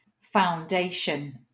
foundation